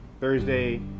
Thursday